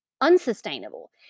unsustainable